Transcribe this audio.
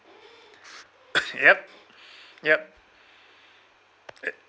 yup yup eh